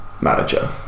manager